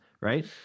right